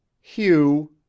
Hugh